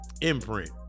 imprint